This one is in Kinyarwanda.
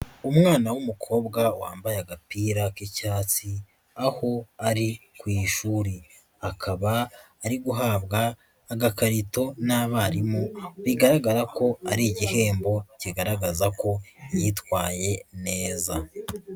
Umwana w'umukobwa wambaye agapira k'icyatsi, aho ari ku ishuri. Akaba ari guhabwa agakarito n'abarimu, bigaragara ko ari igihembo kigaragaza ko yitwaye neza.